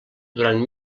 durant